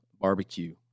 barbecue